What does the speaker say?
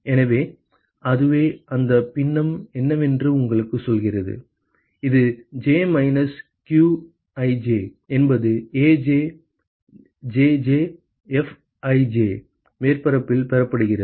எனவே அதுவே அந்த பின்னம் என்னவென்று உங்களுக்குச் சொல்கிறது இது j மைனஸ் qji என்பது Aj Jj Fji மேற்பரப்பால் பெறப்படுகிறது